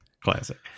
Classic